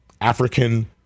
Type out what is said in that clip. African